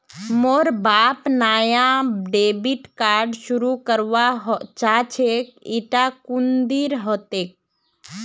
मोर बाप नाया डेबिट कार्ड शुरू करवा चाहछेक इटा कुंदीर हतेक